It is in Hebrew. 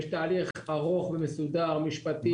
יש תהליך ארוך ומסודר ומשפטי.